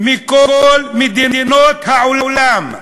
מכל מדינות העולם,